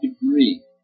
degree